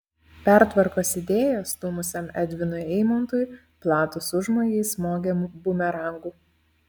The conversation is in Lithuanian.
pertvarkos idėją stūmusiam edvinui eimontui platūs užmojai smogė bumerangu